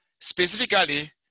Specifically